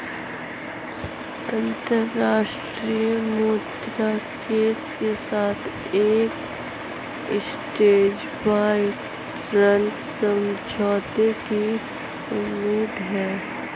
अंतर्राष्ट्रीय मुद्रा कोष के साथ एक स्टैंडबाय ऋण समझौते की उम्मीद है